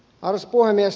arvoisa puhemies